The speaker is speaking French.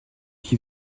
qui